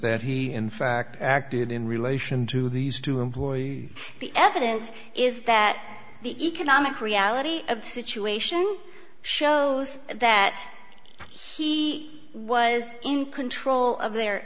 that he in fact acted in relation to these two employee the evidence is that the economic reality of the situation shows that he was in control of their